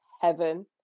heaven